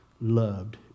loved